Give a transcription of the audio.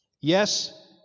Yes